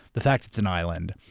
the fact it's an island,